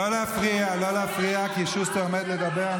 לא להפריע, לא להפריע, כי שוסטר עומד לדבר.